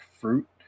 Fruit